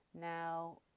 now